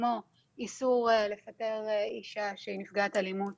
כמו איסור לפטר אישה שהיא נפגעת אלימות